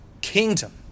Kingdom